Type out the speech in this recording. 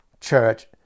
church